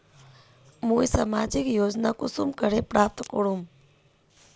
मुई सामाजिक योजना कुंसम करे प्राप्त करूम?